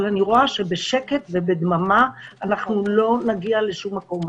אבל אני רואה שבשקט ובדממה אנחנו לא נגיע לשום מקום.